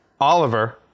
Oliver